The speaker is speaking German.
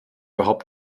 überhaupt